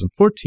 2014